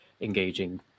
engaging